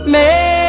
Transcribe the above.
Make